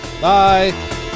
bye